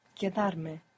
quedarme